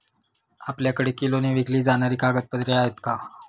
आपल्याकडे किलोने विकली जाणारी कागदपत्रे आहेत का?